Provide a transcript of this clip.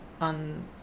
on